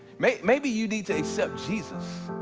maybe maybe you need to accept jesus.